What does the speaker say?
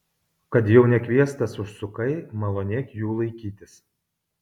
kad jau nekviestas užsukai malonėk jų laikytis